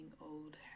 old